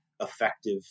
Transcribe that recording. effective